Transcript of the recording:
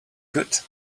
good